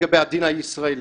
לגבי הדין הישראלי